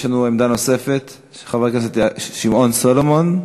יש לנו עמדה נוספת של חבר הכנסת שמעון סולומון,